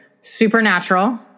Supernatural